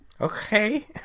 Okay